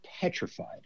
petrified